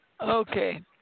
Okay